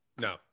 No